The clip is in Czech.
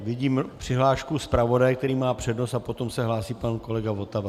Vidím přihlášku zpravodaje, který má přednost, a potom se hlásí pan kolega Votava.